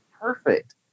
perfect